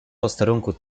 posterunku